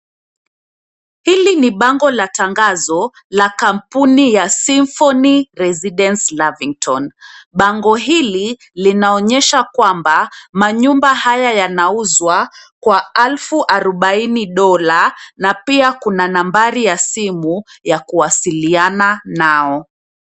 Hili ni bango la tangazo, la kampuni ya Symphony Residence Lavington. Bango hili, linaonyesha kwamba, manyumba haya yanauzwa kwa alfu arubaini dola na pia kuna nambari ya simu, ya kuwasiliana nao.